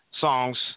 songs